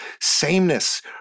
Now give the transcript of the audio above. sameness